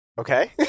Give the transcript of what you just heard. Okay